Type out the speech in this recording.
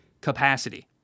capacity